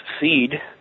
seed